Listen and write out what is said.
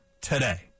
today